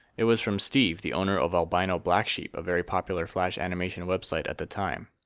it was from steve, the owner of albinoblacksheep, a very popular flash animation web site at the time.